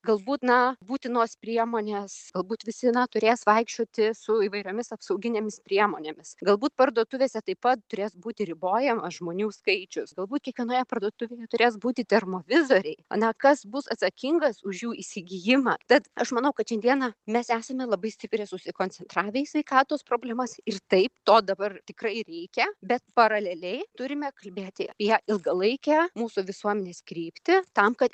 galbūt na būtinos priemonės galbūt visi na turės vaikščioti su įvairiomis apsauginėmis priemonėmis galbūt parduotuvėse taip pat turės būti ribojamas žmonių skaičius galbūt kiekvienoje parduotuvėje turės būti termovizoriai na kas bus atsakingas už jų įsigijimą tad aš manau kad šiandieną mes esame labai stipriai susikoncentravę į sveikatos problemas ir taip to dabar tikrai reikia bet paraleliai turime kalbėti apie ilgalaikę mūsų visuomenės kryptį tam kad